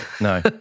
No